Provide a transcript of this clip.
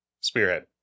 Spearhead